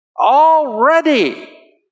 Already